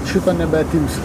šito nebeatimsi